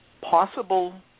possible